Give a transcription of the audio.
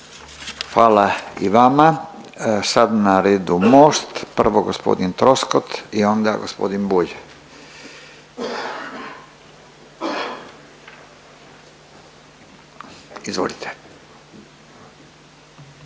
Hvala i vama. Sada je na redu Most, prvo g. Troskot i onda g. Bulj, izvolite.